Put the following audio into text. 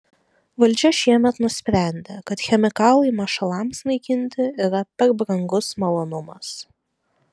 valdžia šiemet nusprendė kad chemikalai mašalams naikinti yra per brangus malonumas